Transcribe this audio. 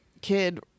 kid